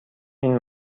این